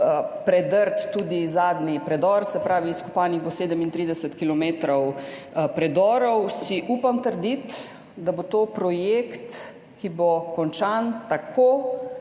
predrt tudi zadnji predor, se pravi, da bo izkopanih 37 km predorov, si upam trditi, da bo to projekt, ki bo končan tako,